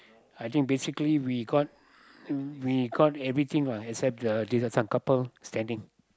I think basically we got we got everything except lah except the dessert time couple standing